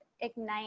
ignite